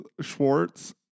Schwartz